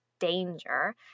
danger